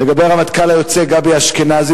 הרמטכ"ל היוצא גבי אשכנזי,